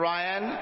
Ryan